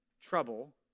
trouble